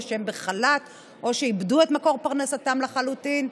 שהם בחל"ת או שאיבדו את מקור פרנסתם לחלוטין.